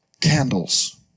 candles